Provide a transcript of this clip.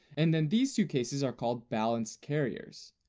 and then these two cases are called balanced carriers,